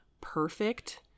perfect